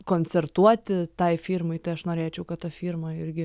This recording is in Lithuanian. koncertuoti tai firmai tai aš norėčiau kad ta firma irgi